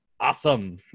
Awesome